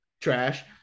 Trash